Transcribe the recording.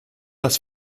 das